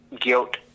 Guilt